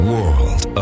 World